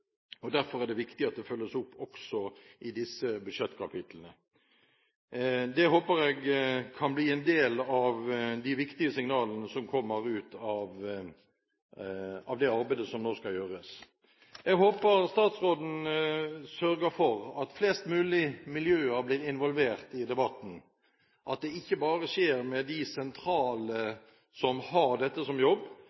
Derfor er det viktig at det følges opp også i disse budsjettkapitlene. Det håper jeg kan bli en del av de viktige signalene som kommer ut av det arbeidet som nå skal gjøres. Jeg håper statsråden sørger for at flest mulig miljøer blir involvert i debatten, at det ikke bare skjer med de sentrale